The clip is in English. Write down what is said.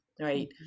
right